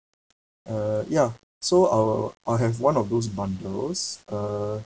uh ya so I will I'll have one of those bundles uh